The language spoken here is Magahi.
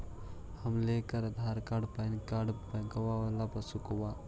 हम लेकर आधार कार्ड पैन कार्ड बैंकवा वाला पासबुक?